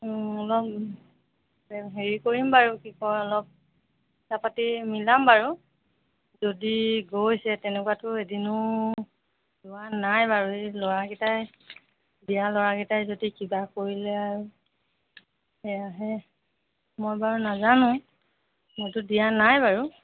অলপ হেৰি কৰিম বাৰু কি কয় অলপ কথা পাতি মিলাম বাৰু যদি গৈছে তেনেকুৱাতো এদিনো যোৱা নাই বাৰু এই ল'ৰাকেইটাই দিয়া ল'ৰাকেইটাই যদি কিবা কৰিলে সেয়াহে মই বাৰু নাজানো মইটো দিয়া নাই বাৰু